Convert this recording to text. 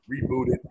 rebooted